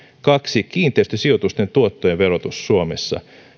kaksi kiinteistösijoitusten tuottojen verotus suomessa